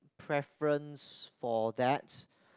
preference for that